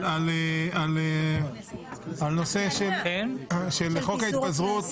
על חוק ההתפזרות,